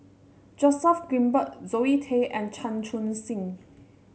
Joseph Grimberg Zoe Tay and Chan Chun Sing